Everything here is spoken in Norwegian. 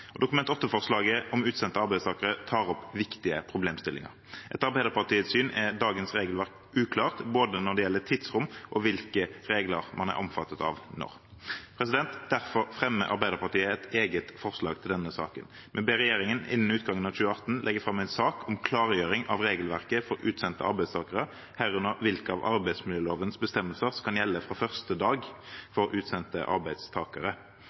Dokument 8-forslaget om utsendte arbeidstakere tar opp viktige problemstillinger. Etter Arbeiderpartiets syn er dagens regelverk uklart, både når det gjelder tidsrom, og når det gjelder hvilke regler man er omfattet av, når. Derfor fremmer Arbeiderpartiet og SV et eget forslag i denne saken: «Stortinget ber regjeringen innen utgangen av 2018 legge frem en sak med en klargjøring av regelverket for utsendte arbeidstakere, herunder hvilke av arbeidsmiljølovens bestemmelser som kan gjelde fra første dag for utsendte arbeidstakere.»